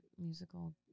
musical